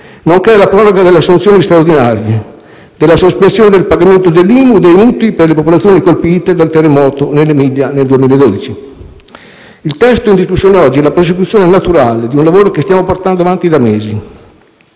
nonché la proroga delle assunzioni straordinarie, della sospensione del pagamento dell'IMU e dei mutui per le popolazioni colpite dal terremoto dell'Emilia del 2012. Il testo oggi in discussione è la prosecuzione naturale di un lavoro che stiamo portando avanti da mesi